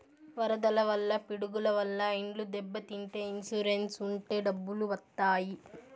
వరదల వల్ల పిడుగుల వల్ల ఇండ్లు దెబ్బతింటే ఇన్సూరెన్స్ ఉంటే డబ్బులు వత్తాయి